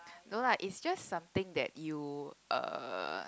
no lah it's just something that you uh